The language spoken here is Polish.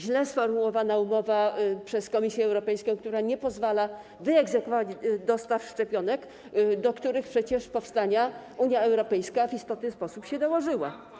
Źle sformułowana umowa przez Komisję Europejską, która nie pozwala wyegzekwować dostaw szczepionek, do których powstania przecież Unia Europejska w istotny sposób się dołożyła.